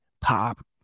pop